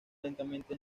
lentamente